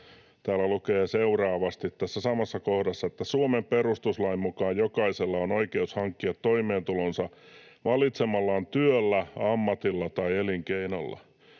täällä lukee tässä samassa kohdassa seuraavasti: ”Suomen perustuslain mukaan jokaisella on oikeus hankkia toimeentulonsa valitsemallaan työllä, ammatilla tai elinkeinolla.